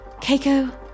Keiko